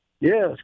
Yes